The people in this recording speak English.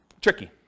tricky